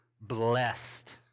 blessed